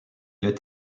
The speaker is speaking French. est